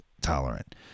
tolerant